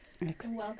Welcome